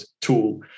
tool